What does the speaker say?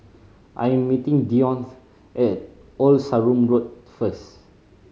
I am meeting Dionte at Old Sarum Road first